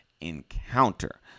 encounter